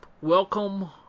welcome